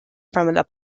from